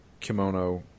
kimono